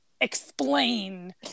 explain